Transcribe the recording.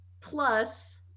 Plus